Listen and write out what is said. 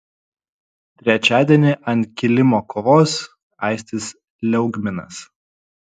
trečiadienį ant kilimo kovos aistis liaugminas